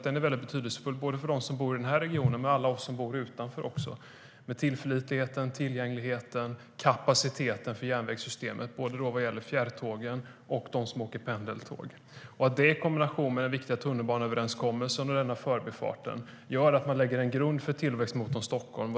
Den är betydelsefull både för dem som bor i denna region och för alla oss som bor utanför när det gäller tillförlitligheten, tillgängligheten och kapaciteten för järnvägssystemet för både fjärrtåg och pendeltåg. Detta i kombination med den viktiga tunnelbaneöverenskommelsen och Förbifarten gör att man lägger en grund för tillväxtmotorn Stockholm.